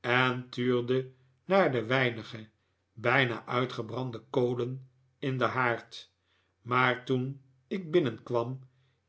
en tuurde naar de weinige bijna uitgebrande kolen in den haard maar toen ik binnenkwam